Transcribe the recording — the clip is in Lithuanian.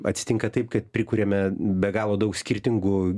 atsitinka taip kad prikuriame be galo daug skirtingų